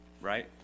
Right